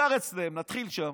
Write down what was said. בעיקר אצלם, נתחיל שם,